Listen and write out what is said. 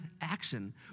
action